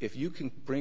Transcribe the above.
if you can bring